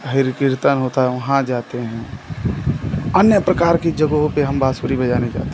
हैर कीर्तन होता है वहाँ जाते हैं अन्य प्रकार की जगहों पर हम बांसुरी बजाने जाते हैं